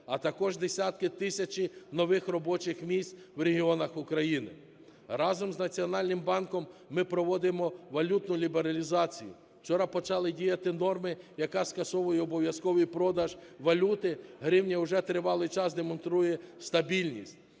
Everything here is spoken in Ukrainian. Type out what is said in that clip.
а також десятки, тисячі нових робочих місць в регіонах України. Разом з Національним банком ми проводимо валютну лібералізацію. Вчора почали діяти норма, яка скасовує обов'язковий продаж валюти. Гривня уже тривалий час демонструє стабільність.